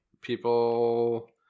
people